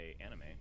anime